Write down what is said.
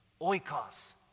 oikos